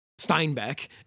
Steinbeck